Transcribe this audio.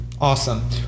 Awesome